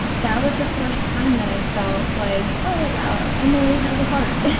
that was the first time that i felt like, oh, wow, emily has a heart